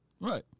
Right